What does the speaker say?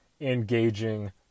engaging